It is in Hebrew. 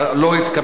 נתקבלה.